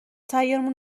سعیمون